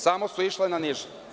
Samo su išle na niže.